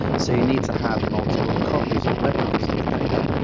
so you need to have multiple copies or replicas of the data.